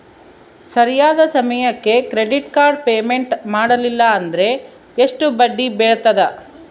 ಸರಿಯಾದ ಸಮಯಕ್ಕೆ credit card payment ಮಾಡಲಿಲ್ಲ ಅಂದ್ರೆ ಎಷ್ಟು ಬಡ್ಡಿ ಬೇಳ್ತದ?